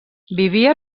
vivia